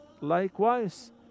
Likewise